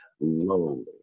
lonely